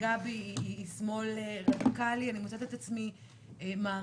גבי היא שמאל רדיקלי אני מוצאת את עצמי מעריכה,